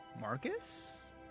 Marcus